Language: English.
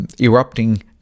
erupting